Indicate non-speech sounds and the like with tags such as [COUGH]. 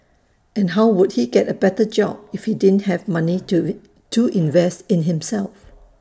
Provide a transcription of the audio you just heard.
and how would he get A better job if he didn't have money to [HESITATION] to invest in himself